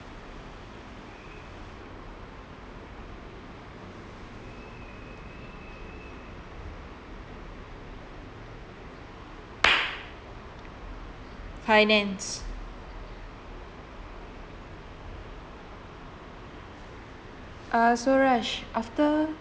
finance uh so raj after